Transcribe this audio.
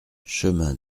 chemin